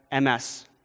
MS